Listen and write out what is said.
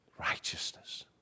righteousness